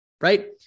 Right